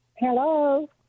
Hello